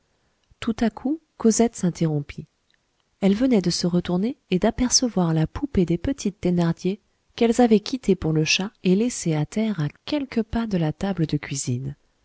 tout à coup cosette s'interrompit elle venait de se retourner et d'apercevoir la poupée des petites thénardier qu'elles avaient quittée pour le chat et laissée à terre à quelques pas de la table de cuisine